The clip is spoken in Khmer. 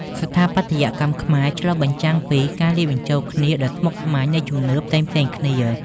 ស្ថាបត្យកម្មខ្មែរឆ្លុះបញ្ចាំងពី ការលាយបញ្ចូលគ្នា ដ៏ស្មុគស្មាញនៃជំនឿផ្សេងៗគ្នា។